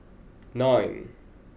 nine